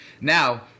Now